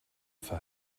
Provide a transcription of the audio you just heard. for